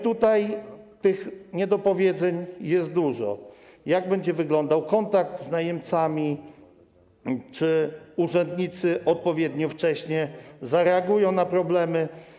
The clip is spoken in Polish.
Tych niedopowiedzeń jest dużo: jak będzie wyglądał kontakt z najemcami, czy urzędnicy odpowiednio wcześnie zareagują na problemy?